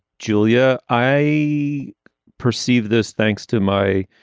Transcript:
julia, i perceived this thanks to my